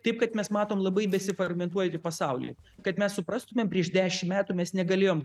taip kad mes matom labai besifragmentuojantį pasaulį kad mes suprastumėm prieš dešim metų mes negalėjom